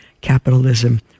capitalism